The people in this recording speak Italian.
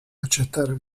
accettare